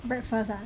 breakfast ah